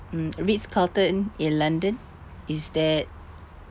mm Ritz Carlton in london is that